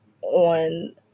on